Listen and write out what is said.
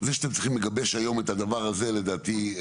זה שאתם צריכים לגבש היום את הדבר הזה, לדעתי,